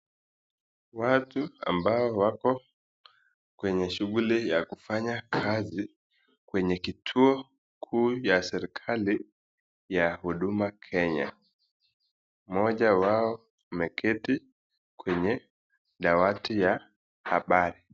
Watu ambao wako kwenye shughuli ya kufanya kazi kwenye kituo kuu ya serekali ya huduma kenya. Mmoja wao ameketi kwenye dawati ya huduma kenya.